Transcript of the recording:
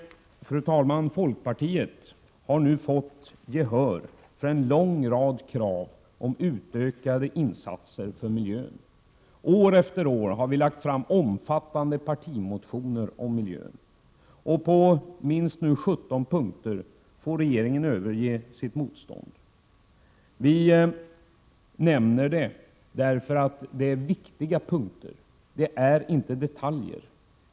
Fru talman! Folkpartiet har nu fått gehör för en lång rad krav på utökade insatser för miljön. År efter år har vi framlagt omfattande partimotioner om miljön. På minst 17 punkter får regeringen överge sitt motstånd. Vi nämner detta därför att dessa punkter är viktiga — de är inte detaljer.